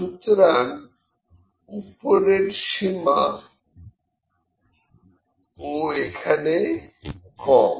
সুতরাং উপরের সীমা ও এখানে কম